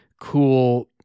cool